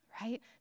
right